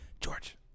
George